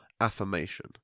affirmation